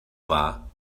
war